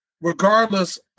regardless